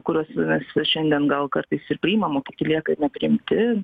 kuriuos mes šiandien gal kartais ir priimam lieka nepriimti